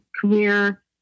career